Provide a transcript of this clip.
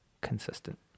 consistent